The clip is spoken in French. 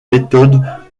méthodes